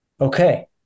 okay